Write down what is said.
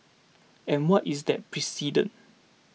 and what is that precedent